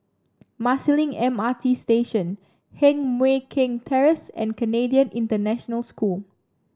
Marsiling M R T Station Heng Mui Keng Terrace and Canadian International School